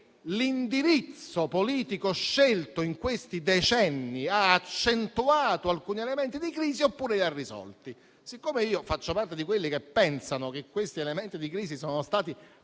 l'indirizzo politico scelto in questi decenni ha accentuato alcuni elementi di crisi oppure li ha risolti. Siccome io faccio parte di quelli che pensano che questi elementi di crisi sono stati